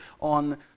on